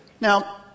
Now